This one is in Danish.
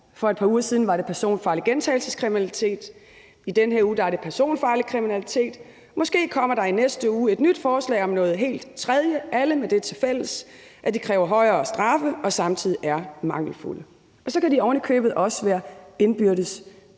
For et par uger siden var det personfarlig gentagelseskriminalitet, i den her uge er det personfarlig kriminalitet, og måske kommer der i næste uge et nyt forslag om noget helt tredje – alle med det til fælles, at de kræver højere straffe og samtidig er mangelfulde. Så kan de ovenikøbet også være indbyrdes